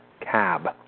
Cab